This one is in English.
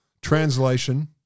translation